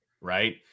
right